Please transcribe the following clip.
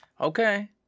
okay